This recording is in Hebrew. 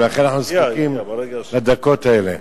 ולכן אנחנו זקוקים לדקות האלה.